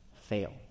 fail